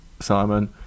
Simon